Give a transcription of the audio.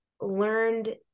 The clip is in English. learned